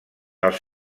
els